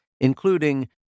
including